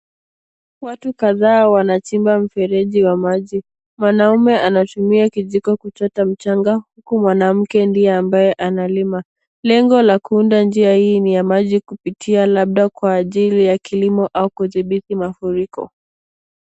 Watu kadhaa wanachimba mfereji wa maji. Mwanaume anatumia kijiko kuchota mchanga huku mwanamke ndeye ambaye analima. Lengo la kuunda njia hii ni ya maji kupitia labda kwa ajili ya kilimo au kudhibiti mafuriko.